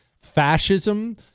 Fascism